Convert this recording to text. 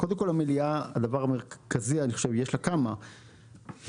הדבר המרכזי לדעתי במליאה הוא שהיא